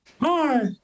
Hi